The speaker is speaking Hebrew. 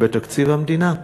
בתקציב המדינה?